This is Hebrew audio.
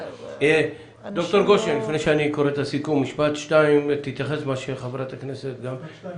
ד"ר גשן תתייחס במשפט או שניים למה שחברת הכנסת אמרה,